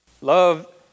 Love